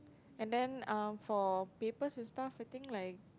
and then um for papers and stuffs I think like